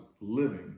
living